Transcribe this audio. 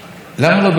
איפה אתה היית?